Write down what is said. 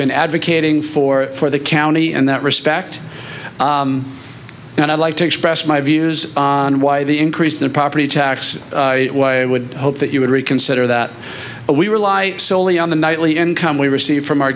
been advocating for for the county in that respect and i'd like to express my views on why the increase in the property taxes i would hope that you would reconsider that we rely solely on the nightly income we receive from our